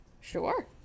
Sure